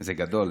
זה גדול.